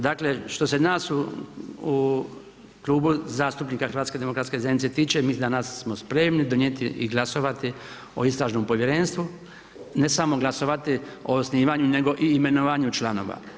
Dakle što se nas u Klubu zastupnika HDZ-a tiče mi danas smo spremni donijeti i glasovati o istražnom povjerenstvu, ne samo glasovati o osnivanju nego i o imenovanju članova.